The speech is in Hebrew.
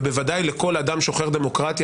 ובוודאי לכל אדם שוחר דמוקרטיה,